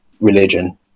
religion